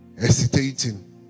Hesitating